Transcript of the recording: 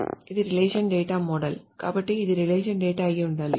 ఇది relational data model కాబట్టి ఇది రిలేషనల్ డేటా అయి ఉండాలి